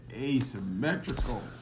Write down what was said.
asymmetrical